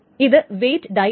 ഇത് വെയിറ്റ് ഡൈആണ്